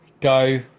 go